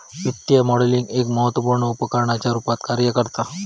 वित्तीय मॉडलिंग एक महत्त्वपुर्ण उपकरणाच्या रुपात कार्य करता